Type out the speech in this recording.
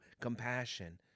compassion